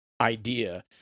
idea